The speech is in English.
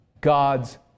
God's